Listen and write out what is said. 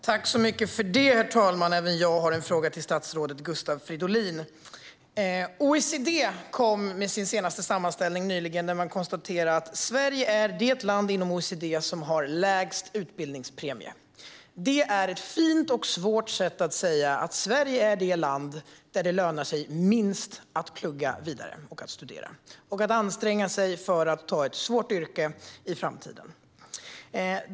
Herr talman! Även jag har en fråga till statsrådet Gustav Fridolin. OECD kom nyligen med sin senaste sammanställning, där man konstaterar att Sverige är det land inom OECD som har lägst utbildningspremie. Det är ett fint och svårt sätt att säga att Sverige är det land där det lönar sig minst att plugga vidare, att studera och anstränga sig för att ta ett svårt yrke i framtiden.